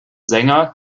sänger